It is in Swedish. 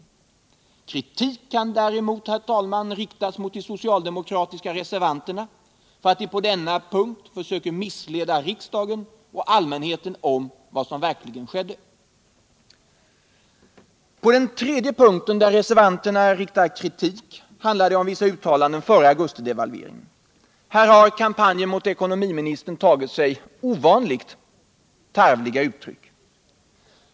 Kritik kan däremot riktas mot de socialdemokratiska reservanterna för att de på denna punkt försöker missleda riksdagen och allmänheten om vad som verkligen skedde. På den tredje punkten där reservanterna riktar kritik handlar det om vissa uttalanden före augustidevalveringen. Här har kampanjen mot ekonomiministern tagit sig ovanligt tarvliga uttryck.